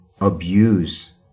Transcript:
abuse